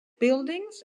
buildings